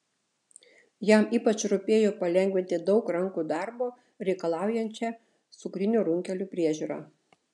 jam ypač rūpėjo palengvinti daug rankų darbo reikalaujančią cukrinių runkelių priežiūrą